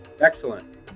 Excellent